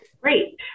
Great